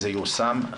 זה יושם.